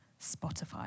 Spotify